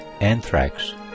anthrax